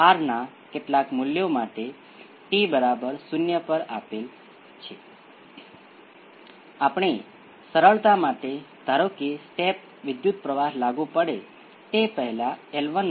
હવે આ સમાન રીતે 0 ની બરાબર હશે જો એક્સ્પોનેંસિયલનો આ ગુણાંક પરિબળ 0 હોય